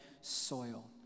soil